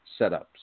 setups